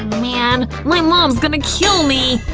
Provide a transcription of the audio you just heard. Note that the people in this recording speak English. man, my mom's gonna kill me.